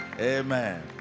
amen